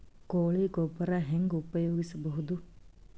ಕೊಳಿ ಗೊಬ್ಬರ ಹೆಂಗ್ ಉಪಯೋಗಸಬಹುದು?